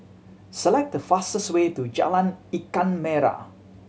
select the fastest way to Jalan Ikan Merah